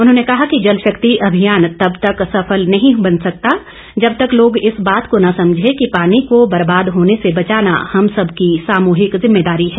उन्होंने कहा कि जल शक्ति अभियान तब तक सफल नहीं बन सकता जब तक लोग इस बात को न समझे कि पानी को बर्बाद होने से बचाना हम सब की सामूहिक जिम्मेदारी है